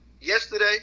yesterday